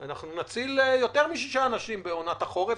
אנחנו נציל יותר מ-6 אנשים בעונת החורף,